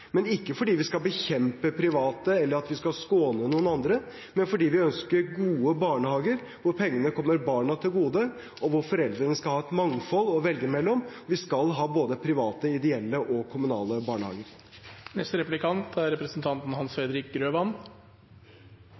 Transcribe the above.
men fordi vi ønsker gode barnehager, hvor pengene kommer barna til gode, og hvor foreldrene skal ha et mangfold å velge mellom. Vi skal ha både private, ideelle og kommunale barnehager.